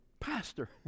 pastor